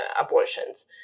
abortions